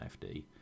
FD